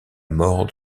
mort